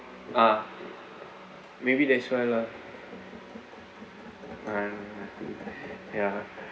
ah maybe that's why lah um I think ya